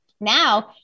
Now